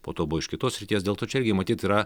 po to buvo iš kitos srities dėl to čia irgi matyt yra